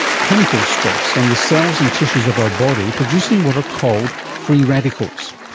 chemical stress on the cells and tissues of our body producing what are called free radicals.